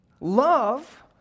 Love